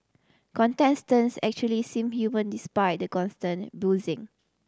contestants actually seem human despite the constant boozing